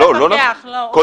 לא נכון.